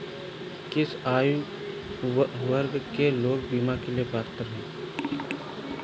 किस आयु वर्ग के लोग बीमा के लिए पात्र हैं?